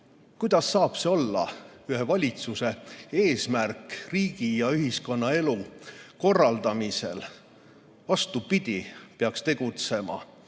Kuidas saab see olla ühe valitsuse eesmärk riigi ja ühiskonnaelu korraldamisel? Vastupidi peaks tegutsema.